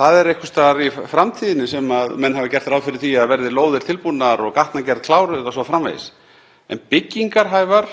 Það er einhvers staðar í framtíðinni sem menn hafa gert ráð fyrir því að lóðir verði tilbúnar og gatnagerð kláruð o.s.frv., en byggingarhæfar